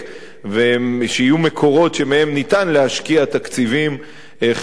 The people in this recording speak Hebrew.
ויהיו מקורות שמהם אפשר להשקיע תקציבים חברתיים.